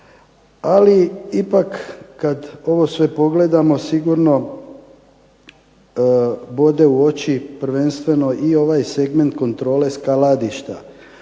ali ipak kad ovo sve pogledamo sigurno bode u oči prvenstveno i ovaj segment kontrole skladišta.